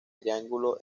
triángulo